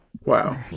Wow